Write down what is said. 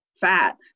fat